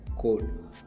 code